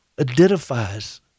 identifies